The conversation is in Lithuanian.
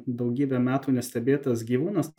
daugybę metų nestebėtas gyvūnas